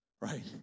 right